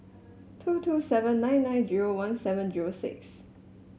two two seven nine nine zero one seven zero six